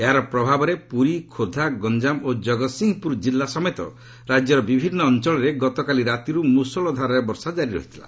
ଏହାର ପ୍ରଭାବରେ ପୁରୀ ଖୋର୍ଦ୍ଧା ଗଞ୍ଜାମ ଓ ଜଗତ୍ସିଂହପୁର ଜିଲ୍ଲା ସମେତ ରାଜ୍ୟର ବିଭିନ୍ନ ଅଞ୍ଚଳରେ ଗତକାଲି ରାତିରୁ ମୁଷଳ ଧାରାରେ ବର୍ଷା ଜାରି ରହିଥିଲା